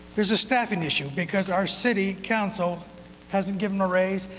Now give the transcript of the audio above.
there's a staffing issue because our city council hasn't given a raise,